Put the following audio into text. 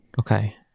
Okay